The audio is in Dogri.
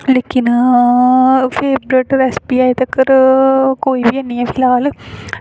ते फेवरेट रेसिपी ऐल्ले तगर कोई बी निं ऐ फिलहाल